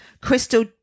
crystal